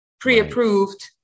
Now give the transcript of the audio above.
pre-approved